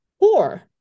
poor